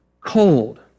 cold